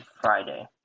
Friday